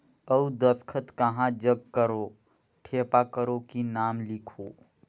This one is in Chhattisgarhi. अउ दस्खत कहा जग करो ठेपा करो कि नाम लिखो?